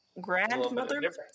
Grandmother